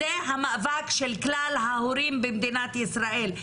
זה המאבק של כלל ההורים במדינת ישראל.